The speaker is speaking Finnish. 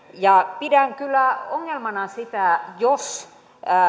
ja pidän kyllä ongelmana sitä jos